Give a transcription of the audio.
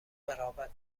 قرابت